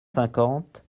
cinquante